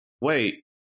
wait